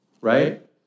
right